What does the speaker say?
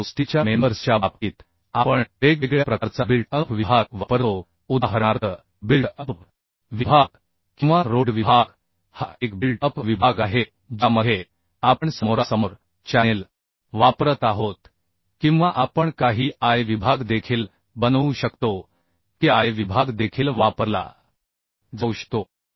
परंतु स्टीलच्या मेंबर्स च्या बाबतीत आपण वेगवेगळ्या प्रकारचा बिल्ट अप विभाग वापरतो उदाहरणार्थ बिल्ट अप विभाग किंवा रोल्ड विभाग हा एक बिल्ट अप विभाग आहे ज्यामध्ये आपण समोरासमोर चॅनेल वापरत आहोत किंवा आपण काही I विभाग देखील बनवू शकतो की I विभाग देखील वापरला जाऊ शकतो